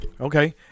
okay